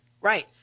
Right